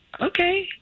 Okay